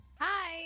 hi